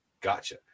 Gotcha